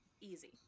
Easy